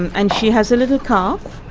and she has a little calf,